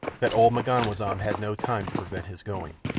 that old m'ganwazam had no time to prevent his going.